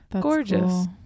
gorgeous